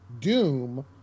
doom